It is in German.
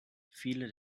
viele